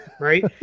Right